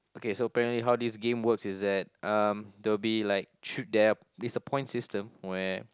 okay so apparently how this game works is that um there'll be like three there it's a point system where